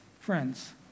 Friends